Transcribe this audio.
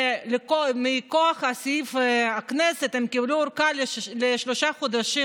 ומכוח סעיף בחוק הכנסת הן קיבלו ארכה לשלושה חודשים,